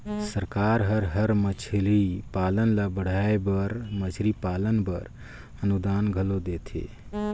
सरकार हर मछरी पालन ल बढ़ाए बर मछरी पालन बर अनुदान घलो देथे